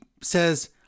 says